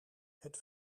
het